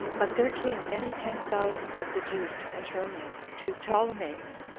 but there came many ten thousands of the jews to petronius, to ptolemais,